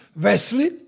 Wesley